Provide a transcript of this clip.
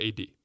AD